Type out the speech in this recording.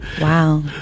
wow